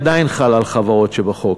עדיין חל על חברות שבחוק,